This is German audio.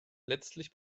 letztlich